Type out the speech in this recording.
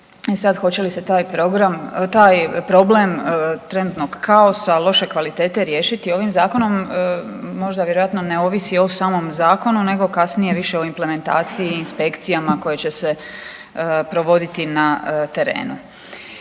taj program, taj problem trenutnog kaosa loše kvalitete riješiti ovim zakonom možda vjerojatno ne ovisi o samom zakonu nego kasnije više o implementaciji i inspekcijama koje će se provoditi na terenu.